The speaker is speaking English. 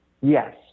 Yes